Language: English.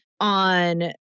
on